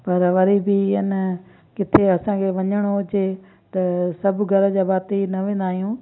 पर वरी बि न किथे असांखे वञिणो हुजे त सभु घर जा भाती न वेंदा आहियूं